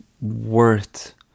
worth